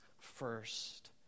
first